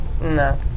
No